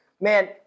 man